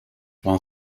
while